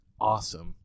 awesome